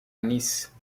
nice